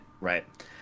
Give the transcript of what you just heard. right